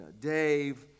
Dave